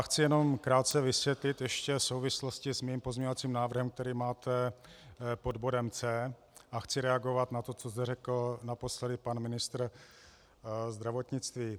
Chci jenom krátce vysvětlit ještě souvislosti s mým pozměňovacím návrhem, který máte pod bodem C, a chci reagovat na to, co zde řekl naposledy pan ministr zdravotnictví.